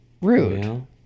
Rude